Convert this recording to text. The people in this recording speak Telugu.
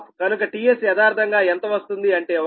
కనుక tS యదార్ధంగా ఎంత వస్తుంది అంటే 1